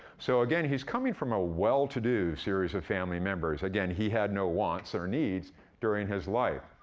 so again, he's coming from a well-to-do series of family members. again, he had no wants or needs during his life.